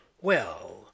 Well